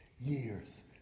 years